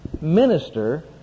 minister